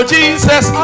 Jesus